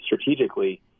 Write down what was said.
strategically